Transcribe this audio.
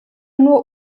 nur